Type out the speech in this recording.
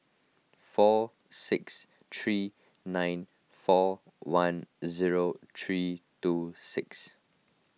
four six three nine four one zero three two six